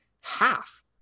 half